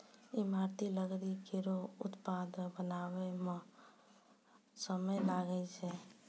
ईमारती लकड़ी केरो उत्पाद बनावै म समय लागै छै